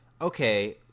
okay